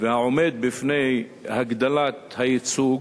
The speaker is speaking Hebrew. והעומד בפני הגדלת הייצוג